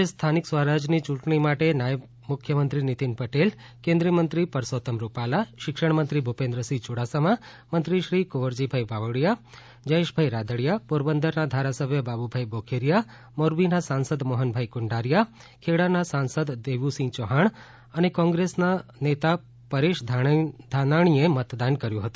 આજે સ્થાનિક સ્વરાજની યૂંટણી માટે નાયબ મુખ્યમંત્રી નિતિન પટેલ કેન્રિ થ મંત્રી પરસોત્તમ રૂપાલા શિક્ષણમંત્રી ભૂપેન્દ્રસિંહ યુડાસમા મંત્રીશ્રી કુંવરજીભાઇ બાવળિયા જયેશભાઇ રાદડિયા પોરબંદરના ધારાસભ્ય બાબુભાઇ બોખીરીયા મોરબીના સાંસદ મોહનભાઈ કુંડારિયા ખેડાના સાંસદ દેવુસિંહ ચૌહાણ કોંગ્રેસના વિપક્ષના નેતા પરેશ ધાનાણીએ મતદાન કર્યું હતું